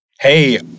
hey